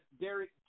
Derek